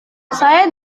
saya